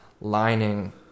lining